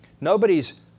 Nobody's